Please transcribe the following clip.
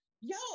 yo